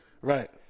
right